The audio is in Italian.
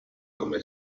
come